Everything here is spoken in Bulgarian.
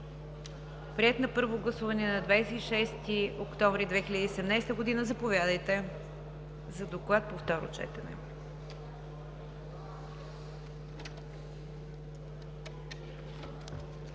Приет на първо гласуване на 26 октомври 2017 г. Заповядайте за доклада за второ четене.